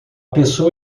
pessoa